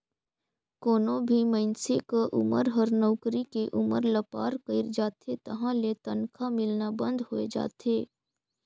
कोनो भी मइनसे क उमर हर नउकरी के उमर ल पार कइर जाथे तहां ले तनखा मिलना बंद होय जाथे